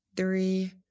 Three